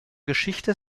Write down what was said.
geschichte